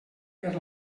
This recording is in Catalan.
per